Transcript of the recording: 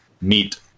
meet